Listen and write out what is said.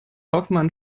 hoffmann